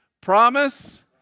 Promise